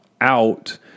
out